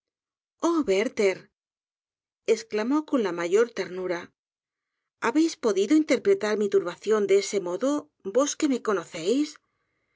oh werther esclamó con la mayor ternura habéis podido interpretar nii turbación de ese modo vos que me conocéis